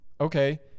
okay